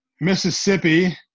Mississippi